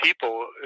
people